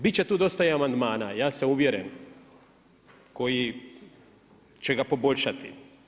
Biti će tu dosta i amandmana, ja sam uvjeren koji će ga poboljšati.